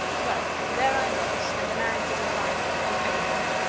well there i was, and a man sitting by me that knew everybody,